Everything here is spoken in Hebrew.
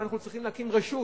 אנחנו צריכים להקים רשות